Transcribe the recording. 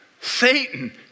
Satan